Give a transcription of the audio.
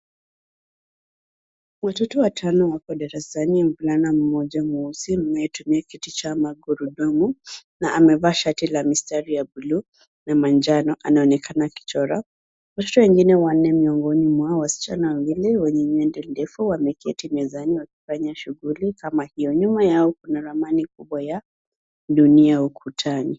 Watoto watano wako darasani. Mvulana mmoja mweusi anayetumia kiti cha magurudumu na amevaa shati la mistari ya buluu na manjano anaonekana akichora. Watoto wengine wanne miongoni mwao wasichana wawili wenye nywele ndefu wameketi mezani wakifanya shughuli kama hio. Nyuma yao kuna ramani kubwa ya dunia ukutani.